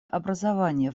образование